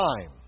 time